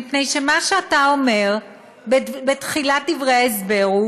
מפני שמה שאתה אומר בתחילת דברי ההסבר הוא